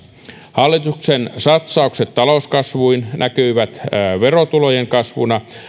hallituksen satsaukset talouskasvuun näkyvät verotulojen kasvuna